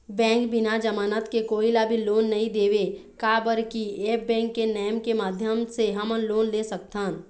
Bank बिना जमानत के कोई ला भी लोन नहीं देवे का बर की ऐप बैंक के नेम के माध्यम से हमन लोन ले सकथन?